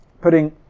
Putting